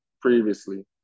previously